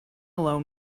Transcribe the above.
alone